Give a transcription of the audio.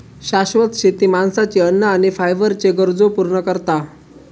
शाश्वत शेती माणसाची अन्न आणि फायबरच्ये गरजो पूर्ण करता